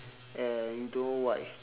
and you don't know what it's